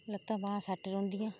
लत्तां बाह्मां सैट रौहंदियां